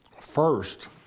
first